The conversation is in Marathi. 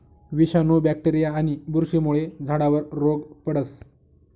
विषाणू, बॅक्टेरीया आणि बुरशीमुळे झाडावर रोग पडस